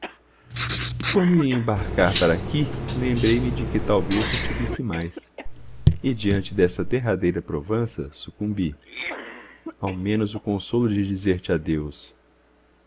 quando ia embarcar para aqui lembrei-me de que talvez não te visse mais e diante dessa derradeira provança sucumbi ao menos o consolo de dizer-te adeus